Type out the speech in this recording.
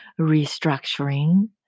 restructuring